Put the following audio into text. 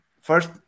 First